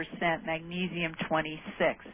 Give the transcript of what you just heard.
magnesium-26